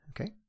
Okay